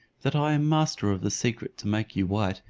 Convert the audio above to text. that i am master of the secret to make you white,